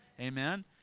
amen